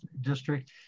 district